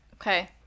Okay